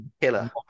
killer